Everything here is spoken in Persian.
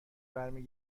برمی